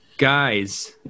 guys